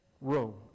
Rome